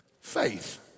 faith